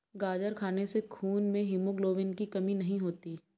गाजर खाने से खून में हीमोग्लोबिन की कमी नहीं होती